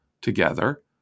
together